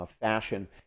fashion